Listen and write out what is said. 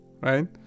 right